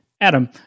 Adam